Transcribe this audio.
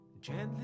gently